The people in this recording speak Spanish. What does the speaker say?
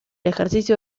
ejercicio